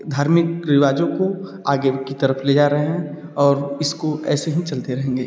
धार्मिक रिवाजों को आगे की तरफ़ ले जा रहे हैं और इसको ऐसे ही चलते रहेंगे